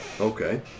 Okay